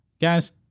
Guys